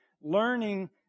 learning